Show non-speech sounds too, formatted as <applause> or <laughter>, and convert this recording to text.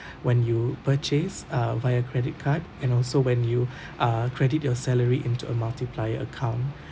<breath> when you purchase uh via your credit card and also when you <breath> uh credit your salary into a multiplier account <breath>